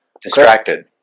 distracted